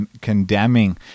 condemning